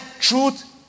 truth